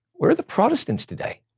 where're the protestants today?